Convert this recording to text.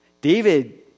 David